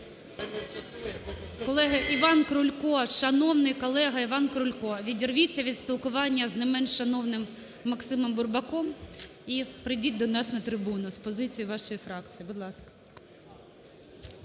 Колеги! Іван Крулько, шановний колега Іван Крулько, відірвіться від спілкування не менш шановним Максимом Бурбаком і прийдіть до нас на трибуну з позицією вашої фракції. Будь ласка.